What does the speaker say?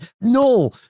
No